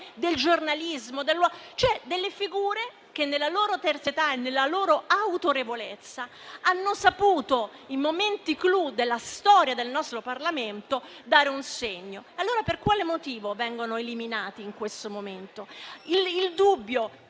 del giornalismo. Si tratta di figure che, nella loro terzietà e nella loro autorevolezza, hanno saputo, in momenti *clou* della storia del nostro Parlamento, dare un segno. Per quale motivo, allora, vengono eliminati in questo momento? Il dubbio